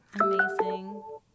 Amazing